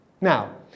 now